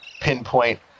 pinpoint